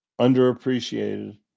underappreciated